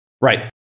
Right